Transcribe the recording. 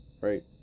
right